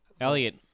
Elliot